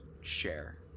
share